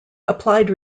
applied